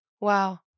wow